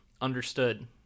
understood